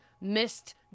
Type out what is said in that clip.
missed